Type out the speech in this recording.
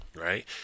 right